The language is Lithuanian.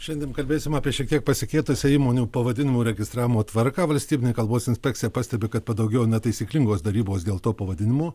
šiandien kalbėsim apie šiek tiek pasikeitusią įmonių pavadinimų registravimo tvarką valstybinė kalbos inspekcija pastebi kad padaugėjo netaisyklingos darybos dėl to pavadinimų